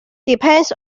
depends